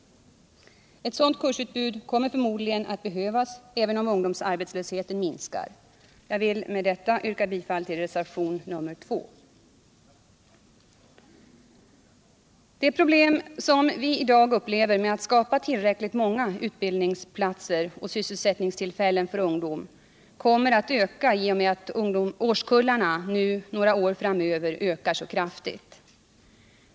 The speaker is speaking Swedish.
Ett sådant kursutbud kommer förmodligen att behövas, även om ungdomsarbetslösheten minskar. Jag vill alltså yrka bifall till reservationen 2. De problem som vi i dag upplever med att skapa tillräckligt många utbildningsplatser och sysselsättningstillfällen för ungdomen kommer att bli större i och med att årskullarna nu några år framöver ökar så kraftigt.